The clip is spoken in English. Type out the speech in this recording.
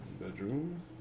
Bedroom